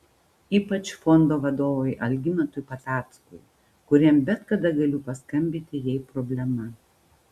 ypač fondo vadovui algimantui patackui kuriam bet kada galiu paskambinti jei problema